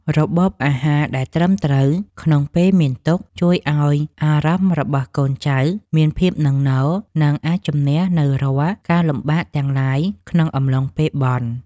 របបអាហារដែលត្រឹមត្រូវក្នុងពេលមានទុក្ខជួយឱ្យអារម្មណ៍របស់កូនចៅមានភាពនឹងនរ និង អាចជម្នះនូវរាល់ការលំបាកទាំងឡាយក្នុងអំឡុងពេលបុណ្យ។